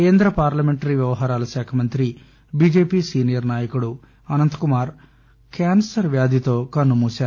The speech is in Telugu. కేంద పార్లమెంటరీ వ్యవహారాలశాఖ మంతి బీజెపి సీనియర్ నాయకుదు అనంతకుమార్ క్యాన్సర్ వ్యాధితో కన్ను మూశారు